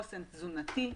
חוסן תזונתי,